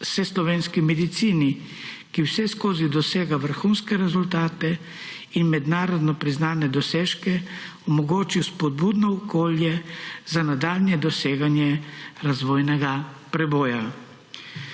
se slovenski medicini, ki vseskozi dosega vrhunske rezultate in mednarodno priznane dosežke, omogoči spodbudno okolje za nadaljnje doseganje razvojnega preboja.